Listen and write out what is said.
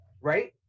Right